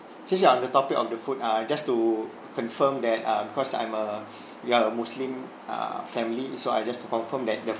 since we're on the topic of the food uh just to confirm that uh because I'm a we're a muslim err family so I just confirm that the